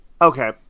okay